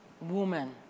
woman